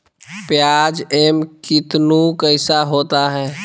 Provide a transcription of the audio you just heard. प्याज एम कितनु कैसा होता है?